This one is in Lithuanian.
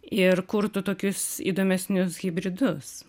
ir kurtų tokius įdomesnius hibridus